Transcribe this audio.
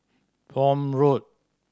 Prome Road